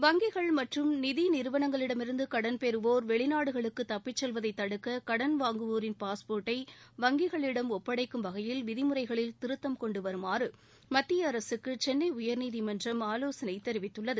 வங்கிகள் மற்றும் நிதி நிறுவனங்களிடமிருந்து கடன் பெறுவோர் வெளிநாடுகளுக்கு தப்பிச் செல்வதைத் தடுக்க கடன் வாங்குவோரின் பாஸ்போர்டை வங்கிகளிடம் ஒப்படைக்கும் வகையில் விதிமுறைகளில் திருத்தம் கொண்டு வருமாறு மத்திய அரசுக்கு சென்னை உயர்நீதிமன்றம் ஆலோசனை தெரிவித்துள்ளது